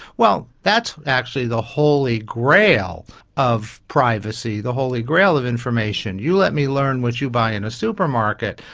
well, that's actually the holy grail of privacy, the holy grail of information. you let me learn what you buy in a supermarket,